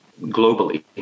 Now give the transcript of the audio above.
globally